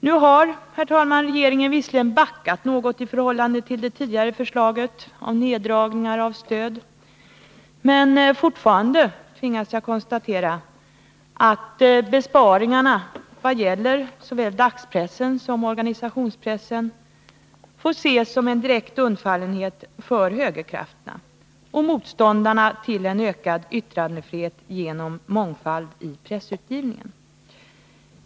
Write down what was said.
Nu har, herr talman, regeringen visserligen backat något i förhållande till det tidigare förslaget om neddragningar av stöd, men fortfarande tvingas jag konstatera att besparingarna vad gäller såväl dagssom organisationspressen får ses som en direkt undfallenhet för högerkrafterna och motståndarna till en ökad yttrandefrihet genom mångfald i pressutgivningen.